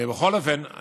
אני, בכל אופן,